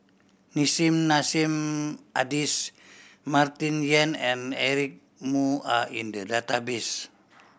Nissim Nassim Adis Martin Yan and Eric Moo are in the database